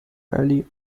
early